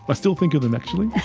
but still think of them actually.